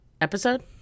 episode